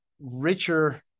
richer